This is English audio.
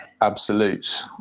absolutes